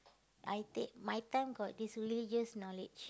I take my time got this religious knowledge